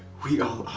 we all